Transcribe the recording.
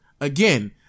again